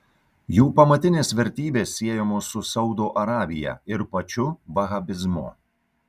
jų pamatinės vertybės siejamos su saudo arabija ir pačiu vahabizmu